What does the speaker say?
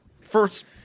first